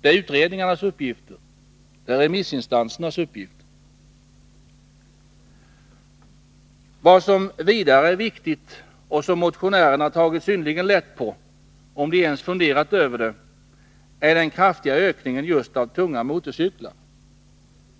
det är utredningarnas och remissinstansernas uppgifter. Vad som vidare är viktigt och som motionärerna har tagit synnerligen lätt på — om de ens funderat över det — är den kraftiga ökningen av just antalet tunga motorcyklar.